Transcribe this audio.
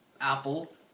Apple